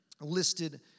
listed